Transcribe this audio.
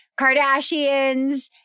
Kardashians